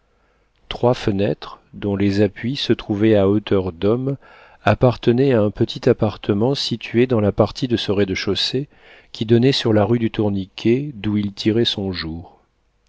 trois fenêtres dont les appuis se trouvaient à hauteur d'homme appartenaient à un petit appartement situé dans la partie de ce rez-de-chaussée qui donnait sur la rue du tourniquet d'où il tirait son jour